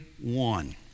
one